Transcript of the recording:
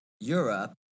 europe